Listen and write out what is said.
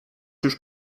już